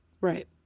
Right